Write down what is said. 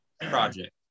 project